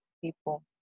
people